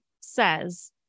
says